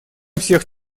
всех